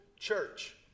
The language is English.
church